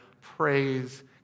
Praise